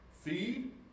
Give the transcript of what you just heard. Feed